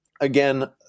again